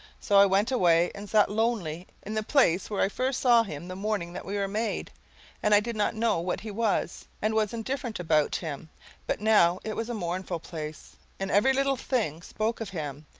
so i went away and sat lonely in the place where i first saw him the morning that we were made and i did not know what he was and was indifferent about him but now it was a mournful place, and every little thing spoke of him,